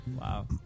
Wow